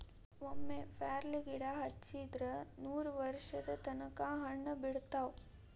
ಒಮ್ಮೆ ಪ್ಯಾರ್ಲಗಿಡಾ ಹಚ್ಚಿದ್ರ ನೂರವರ್ಷದ ತನಕಾ ಹಣ್ಣ ಬಿಡತಾವ